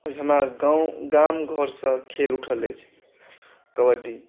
ओ हमर गाम गाम घरसँ खेल उठल अछि कबड्डी